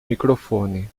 microfone